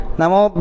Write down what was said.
Namo